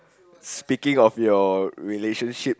speaking of your relationship